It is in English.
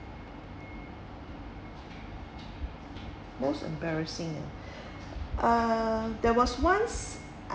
most embarrassing uh there was once